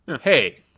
hey